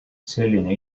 selline